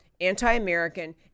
anti-American